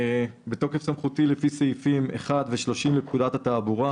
"בתוקף סמכותי לפי סעיפים 1 ו-30 לפקודת התעבורה,